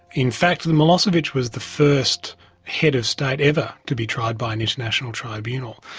in fact milosevic was the first head of state ever to be tried by an international tribunal,